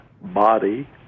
body